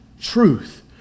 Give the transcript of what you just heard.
truth